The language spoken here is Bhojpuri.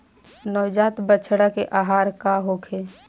नवजात बछड़ा के आहार का होखे?